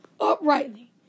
uprightly